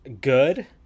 good